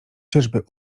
czyżby